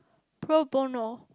pro bono